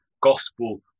gospel